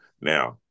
now